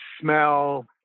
smell